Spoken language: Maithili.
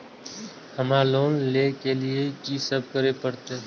हमरा लोन ले के लिए की सब करे परते?